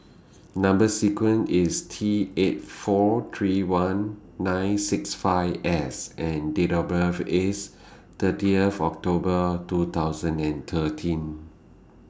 Number sequence IS T eight four three one nine six five S and Date of birth IS thirtieth October two thousand and thirteen